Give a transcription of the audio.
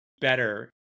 better